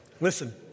Listen